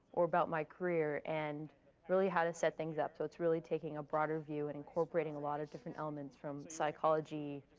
or about my career, and really how to set things up. so it's really taking a broader view and incorporating a lot of different elements from psychology,